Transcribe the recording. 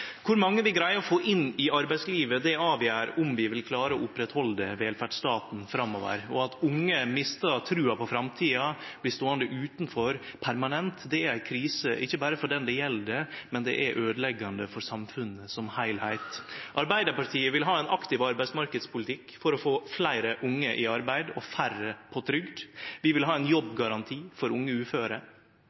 Kor mange vi greier å få inn i arbeidslivet, avgjer om vi vil klare å halde velferdsstaten ved lag framover. At unge mistar trua på framtida, blir ståande utanfor permanent, er ei krise ikkje berre for den det gjeld, men det er øydeleggjande for heile samfunnet. Arbeidarpartiet vil ha ein aktiv arbeidsmarknadspolitikk for å få fleire unge i arbeid og færre på trygd. Vi vil ha ein jobbgaranti for unge uføre.